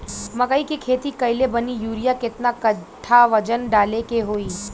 मकई के खेती कैले बनी यूरिया केतना कट्ठावजन डाले के होई?